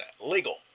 legal